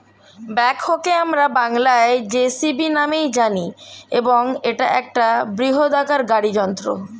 ব্যাকহোকে আমরা বংলায় জে.সি.বি নামেই জানি এবং এটা একটা বৃহদাকার গাড়ি যন্ত্র